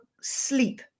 sleep